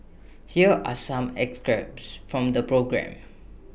here are some from the programme